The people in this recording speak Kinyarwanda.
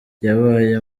yabaye